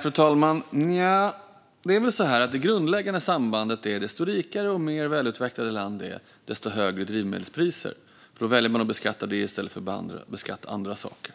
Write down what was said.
Fru talman! Det är nog så att det grundläggande sambandet är att ju rikare och mer utvecklat ett land är, desto högre är drivmedelspriserna. Då väljer man att beskatta det i stället för att beskatta andra saker.